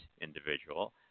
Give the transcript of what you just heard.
individual